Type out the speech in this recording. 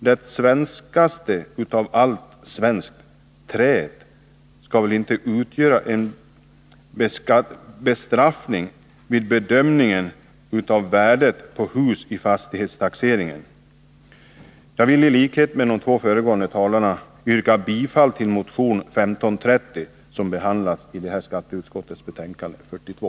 Det svenskaste av allt svenskt — träet — skall väl inte utgöra kriterium för en bestraffning vid bedömningen av värdet på hus vid fastighetstaxering! Jag vill, i likhet med de två föregående talarna, yrka bifall till motion 1530, som behandlas i skatteutskottets betänkande nr 42.